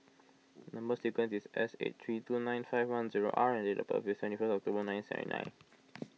Number Sequence is S eight three two nine five one zero R and date of birth is twenty first October ninety seven nine